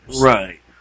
Right